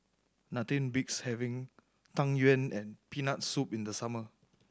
nothing beats having Tang Yuen and Peanut Soup in the summer